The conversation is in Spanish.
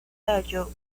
tallo